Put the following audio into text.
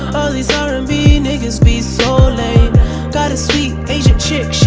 these r and b niggas be so lame got a sweet asian chick,